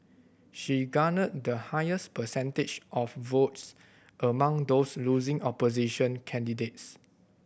she garnered the highest percentage of votes among those losing opposition candidates